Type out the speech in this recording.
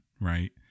right